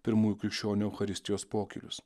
pirmųjų krikščionių eucharistijos pokylius